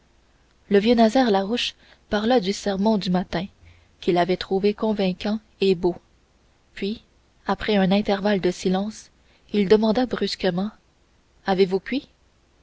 le vieux nazaire larouche parla du sermon du matin qu'il avait trouvé convaincant et beau puis après un intervalle de silence il demanda brusquement avez-vous cuit